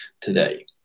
today